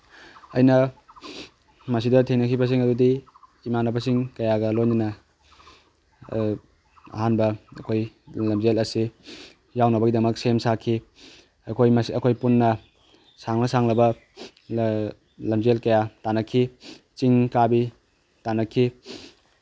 ꯑꯩꯅ ꯃꯁꯤꯗ ꯊꯦꯡꯅꯈꯤꯕꯁꯤꯡ ꯑꯗꯨꯗꯤ ꯏꯃꯥꯟꯅꯕꯁꯤꯡ ꯀꯌꯥꯒ ꯂꯣꯏꯅꯅ ꯑꯍꯥꯟꯕ ꯑꯩꯈꯣꯏ ꯂꯝꯖꯦꯜ ꯑꯁꯤ ꯌꯥꯎꯅꯕꯒꯤꯗꯃꯛ ꯁꯦꯝ ꯁꯥꯈꯤ ꯑꯩꯈꯣꯏ ꯑꯩꯈꯣꯏ ꯄꯨꯟꯅ ꯁꯥꯡꯂ ꯁꯥꯡꯂꯕ ꯂꯝꯖꯦꯜ ꯀꯌꯥ ꯇꯥꯟꯅꯈꯤ ꯆꯤꯡ ꯀꯥꯕꯤ ꯇꯥꯟꯅꯈꯤ